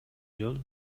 жол